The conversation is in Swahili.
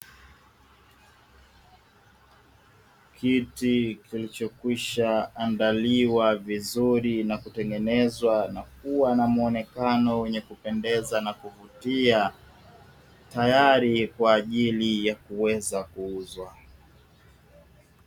Kiti kilichokwisha andaliwa vizuri na kutengenezwa na kuwa na muonekano wenye kupendeza na kuvutia, tayari kwa ajili ya kuweza kuuzwa.